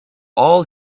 all